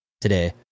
today